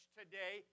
today